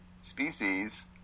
species